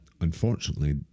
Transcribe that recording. unfortunately